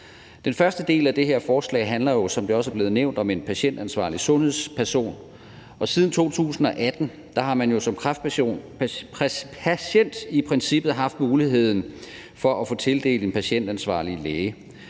Den første del af det her forslag handler jo, som det også er blevet nævnt, om at tildele en patientansvarlig sundhedsperson. Siden 2018 har man jo som kræftpatient i princippet haft muligheden for at få tildelt en patientansvarlig læge.